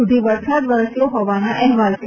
સુધી વરસાદ વરસ્યો હોવાના અહેવાલો છે